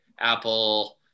Apple